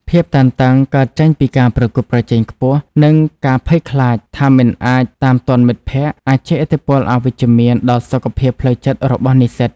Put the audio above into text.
ភាពតានតឹងកើតចេញពីការប្រកួតប្រជែងខ្ពស់ និងការភ័យខ្លាចថាមិនអាចតាមទាន់មិត្តភ័ក្តិអាចជះឥទ្ធិពលអវិជ្ជមានដល់សុខភាពផ្លូវចិត្តរបស់និស្សិត។